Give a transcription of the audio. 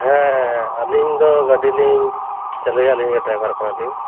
ᱦᱮᱸ ᱟᱹᱞᱤᱧ ᱫᱚ ᱜᱟᱹᱰᱤ ᱞᱤᱧ ᱪᱟᱹᱞᱩᱭᱟ ᱟᱹᱞᱤᱧ ᱫᱚ ᱰᱟᱭᱵᱷᱟᱨ ᱠᱟᱱᱟᱞᱤᱧ